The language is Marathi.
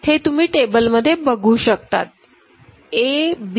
हे तुम्ही टेबल मध्ये बघू शकतात abcde